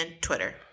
Twitter